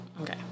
Okay